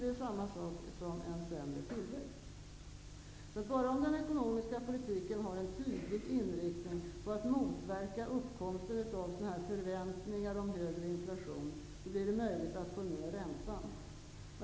Det är samma sak som en sämre tillväxt. Det är bara om den ekonomiska politiken har en tydlig inriktning på att motverka uppkomsten av förväntningar om högre inflation, som det blir möjligt att få ned räntan.